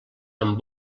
amb